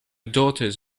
daughters